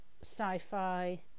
sci-fi